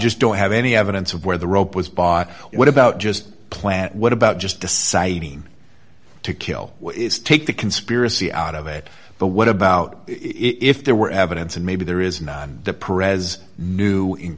just don't have any evidence of where the rope was bought what about just plant what about just deciding to kill is take the conspiracy out of it but what about if there were evidence and maybe there is not the pres knew in